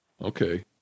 okay